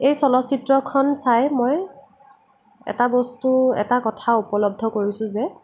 এই চলচিত্ৰখন চাই মই এটা বস্তু এটা কথা উপলব্ধি কৰিছোঁ যে